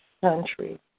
country